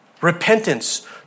Repentance